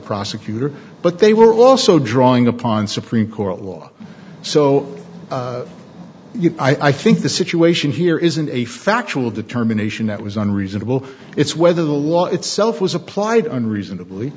prosecutor but they were also drawing upon supreme court law so i think the situation here isn't a factual determination that was unreasonable it's whether the law itself was applied unreasonably